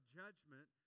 judgment